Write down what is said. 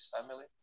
family